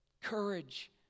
Courage